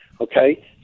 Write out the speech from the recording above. okay